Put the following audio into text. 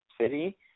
city